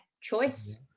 choice